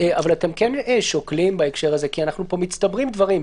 אבל אתם כן שוקלים בהקשר הזה כי פה מצטברים דברים.